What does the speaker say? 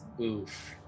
Oof